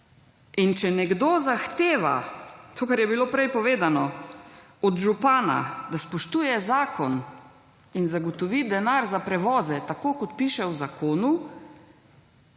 In če nekdo zahteva to kar je bilo prej povedano od župana, da spoštuje zakon ni zagotovi denar za prevoze tako kot piše v zakonu,